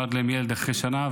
נולד להם ילד אחרי שנה,